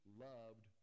loved